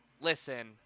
Listen